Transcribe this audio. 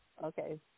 okay